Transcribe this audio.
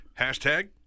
hashtag